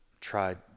tried